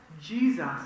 Jesus